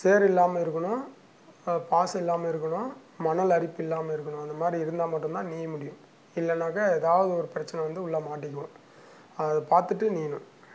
சேறு இல்லாமல் இருக்கணும் பாசி இல்லாமல் இருக்கணும் மணல் அரிப்பு இல்லாமல் இருக்கணும் அந்த மாதிரி இருந்தால் மட்டும்தான் நீய முடியும் இல்லைன்னாக்கா ஏதாவது ஒரு பிரச்சினை வந்து உள்ளே மாட்டிக்கும் அதை பார்த்துட்டு நீயணும்